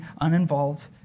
uninvolved